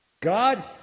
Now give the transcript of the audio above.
God